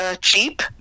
cheap